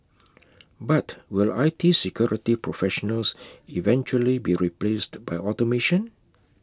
but will I T security professionals eventually be replaced by automation